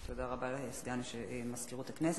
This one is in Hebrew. תודה רבה לסגן מזכירת הכנסת.